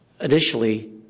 initially